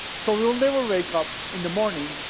so they'll never wake up in the morning,